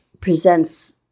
presents